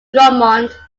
drummond